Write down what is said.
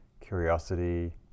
curiosity